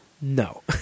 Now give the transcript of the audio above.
No